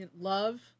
love